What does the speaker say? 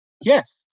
Yes